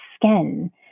skin